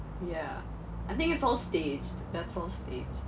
yeah I think it's all staged that's all staged